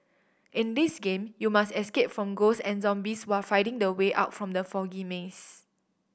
in this game you must escape from ghosts and zombies while finding the way out from the foggy maze